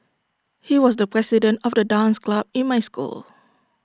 he was the president of the dance club in my school